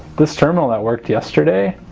this terminal that worked yesterday